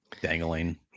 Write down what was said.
dangling